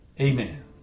Amen